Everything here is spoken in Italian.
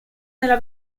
nella